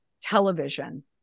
television